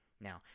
Now